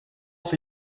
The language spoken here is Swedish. för